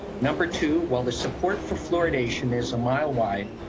number two, while the support for fluoridation is a mile wide,